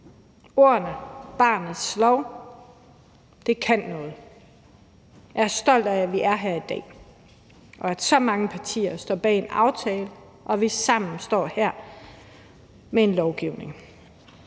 Ordene barnets lov kan noget. Og jeg er stolt af, at vi er her i dag, og at så mange partier står bag en aftale, og at vi sammen står her med en lovgivning.